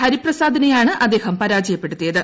ഹരിപ്രസാദിനെയാണ് അദ്ദേഹം പരാജയപ്പെടുത്തിയത്